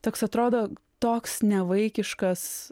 toks atrodo toks nevaikiškas